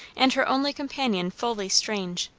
and her only companion fully strange.